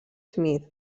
smith